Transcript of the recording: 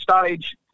stage